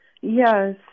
Yes